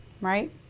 right